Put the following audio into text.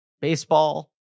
baseball